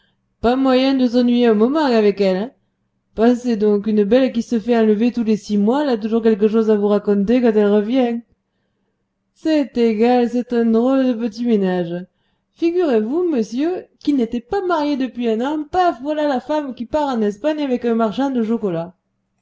pas moyen de s'ennuyer un moment avec elle pensez donc une belle qui se fait enlever tous les six mois elle a toujours quelque chose à vous raconter quand elle revient c'est égal c'est un drôle de petit ménage figurez-vous monsieur qu'ils n'étaient pas mariés depuis un an paf voilà la femme qui part en espagne avec un marchand de chocolat